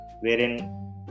wherein